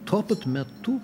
tuo pat metu